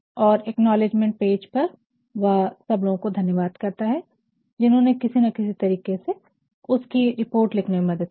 और acknowledgement page पर वह सब लोगों का धन्यवाद करता है जिन्होंने किसी ना किसी तरीके से उसकी रिपोर्ट लिखने में मदद की हो